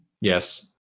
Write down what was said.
yes